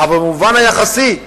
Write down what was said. אבל במובן היחסי.